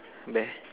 bear